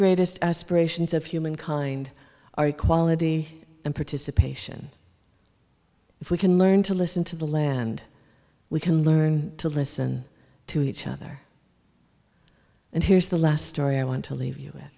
greatest aspirations of humankind are equality and participation if we can learn to listen to the land we can learn to listen to each other and here's the last story i want to leave you wit